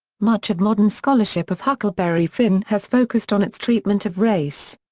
much of modern scholarship of huckleberry finn has focused on its treatment of race.